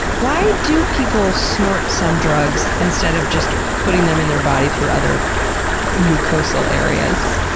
why do people snort some drugs instead of just putting them in their body through other mucosal areas?